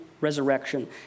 resurrection